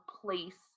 place